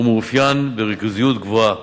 הוא מתאפיין בריכוזיות גבוהה.